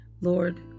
Lord